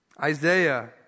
Isaiah